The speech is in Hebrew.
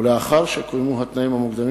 ולאחר שקוימו התנאים המוקדמים